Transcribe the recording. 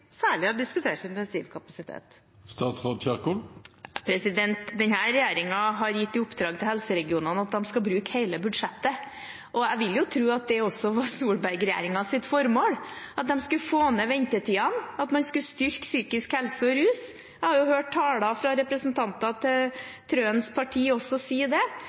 har diskutert intensivkapasitet? Denne regjeringen har gitt i oppdrag til helseregionene at de skal bruke hele budsjettet. Jeg vil tro at det også var Solberg-regjeringens formål at man skulle få ned ventetidene, og at man skulle styrke innsatsen rettet mot psykisk helse og rus. Jeg har hørt representanter fra Trøens parti også si det.